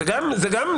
זה גם אפשר,